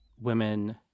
women